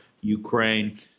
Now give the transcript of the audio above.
Ukraine